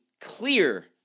clear